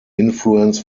influence